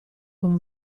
con